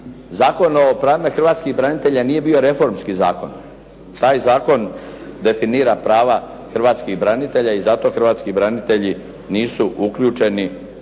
Zakon o pravima hrvatskih branitelja nije bio reformski zakon. Taj zakon definira prava hrvatskih branitelja i zato hrvatski branitelji nisu uključeni